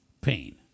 pain